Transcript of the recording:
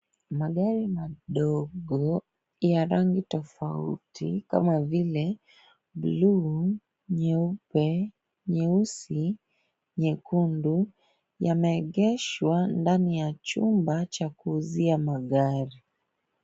Magari madogo ya rangi tofauti kama vile bluu, nyeupe, nyeusi, nyekundu, yameegeshwa ndani ya chumba cha kuuzia magari.